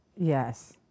Yes